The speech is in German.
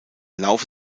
laufe